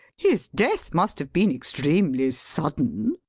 his death must have been extremely sudden.